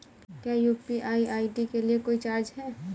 क्या UPI ID के लिए कोई चार्ज है?